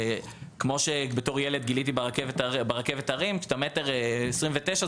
כמו שבתור ילד גיליתי ברכבת ההרים שכשאתה 1.29 מטרים,